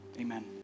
amen